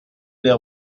les